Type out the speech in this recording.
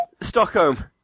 Stockholm